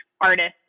artist